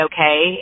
okay